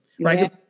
right